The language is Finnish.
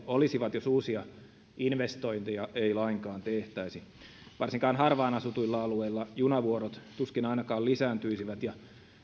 olisivat jos uusia investointeja ei lainkaan tehtäisi varsinkaan harvaan asutuilla alueilla junavuorot tuskin ainakaan lisääntyisivät ja